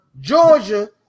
georgia